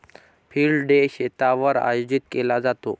field day शेतावर आयोजित केला जातो